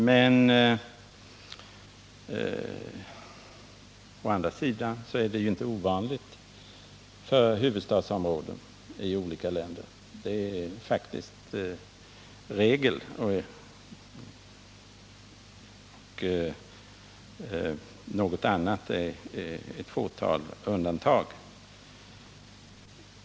Men å andra sidan är det ju inte ovanligt att det förhåller sig på detta sätt när det gäller huvudstadsområden i olika länder. Det är faktiskt regel — undantagen är få.